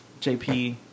JP